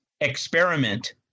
experiment